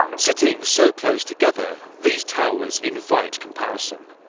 sitting so close together these towers invite comparison.